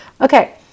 Okay